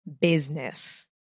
business